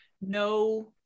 no